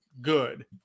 good